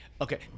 okay